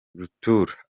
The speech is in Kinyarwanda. rutura